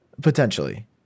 Potentially